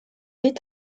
est